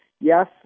yes